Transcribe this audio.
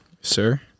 sir